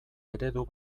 eredu